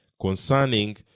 concerning